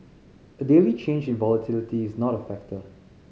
a daily change in volatility is not a factor